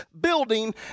building